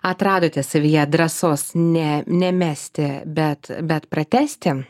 atradote savyje drąsos ne nemesti bet bet pratęsti